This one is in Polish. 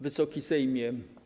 Wysoki Sejmie!